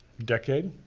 decade,